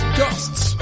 ghosts